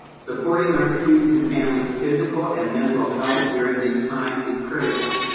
supporting our students and families' physical and mental health during this time is critical.